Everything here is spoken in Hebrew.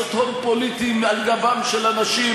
לעשות הון פוליטי על גבם של אנשים,